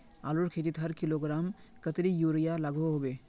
आलूर खेतीत हर किलोग्राम कतेरी यूरिया लागोहो होबे?